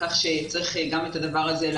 כך שצריך גם את הדברים על